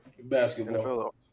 Basketball